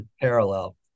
parallel